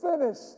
finished